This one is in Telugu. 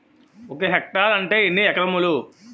ఒక హెక్టార్ అంటే ఎన్ని ఏకరములు?